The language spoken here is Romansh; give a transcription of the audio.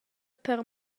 per